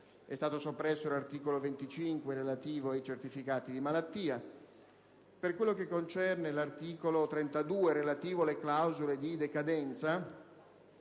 inoltre soppresso l'articolo 25, relativo ai certificati di malattia. Per quel che concerne l'articolo 32, relativo alle clausole di decadenza,